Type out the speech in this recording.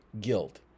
guilt